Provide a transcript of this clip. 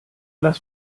das